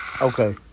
Okay